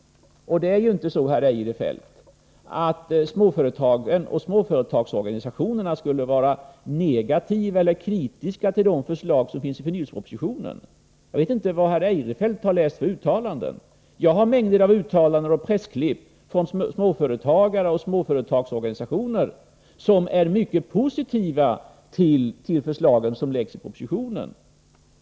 Det är ju inte så, herr Eirefelt, att småföretagen och småföretagsorganisationerna skulle vara negativa eller kritiska till de förslag som förs fram i förnyelsepropositionen. Jag vet inte var herr Eirefelt har läst sådana uttalanden. Jag har mängder av pressklipp, där småföretagare och småföretagsorganisationer uttalar sig mycket positivt till förslagen i propositionen.